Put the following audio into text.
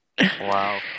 Wow